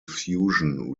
fusion